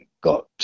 got